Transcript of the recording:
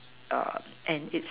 um and its